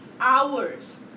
hours